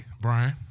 Brian